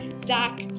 Zach